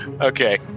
okay